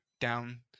down